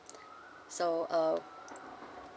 so uh